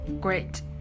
Great